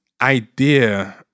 idea